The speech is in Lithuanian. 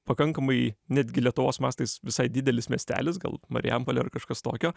pakankamai netgi lietuvos mastais visai didelis miestelis gal marijampolė ar kažkas tokio